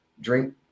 Drink